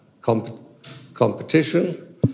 competition